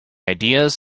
ideas